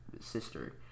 sister